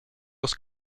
los